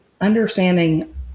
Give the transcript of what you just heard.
understanding